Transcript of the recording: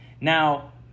now